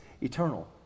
eternal